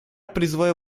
призываю